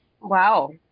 Wow